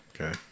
Okay